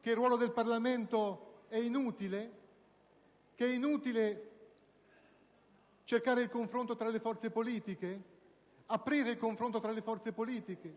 che il ruolo del Parlamento è inutile, che è inutile cercare il confronto tra le forze politiche, aprire il confronto tra le forze politiche,